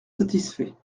satisfait